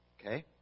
Okay